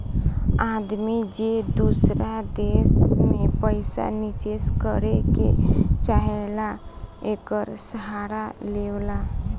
आदमी जे दूसर देश मे पइसा निचेस करे के चाहेला, एकर सहारा लेवला